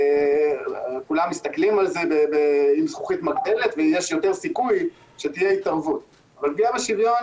אני בעד שוויון אבל, שוויון